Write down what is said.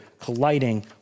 colliding